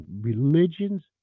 religions